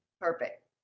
Perfect